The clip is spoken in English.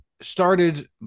started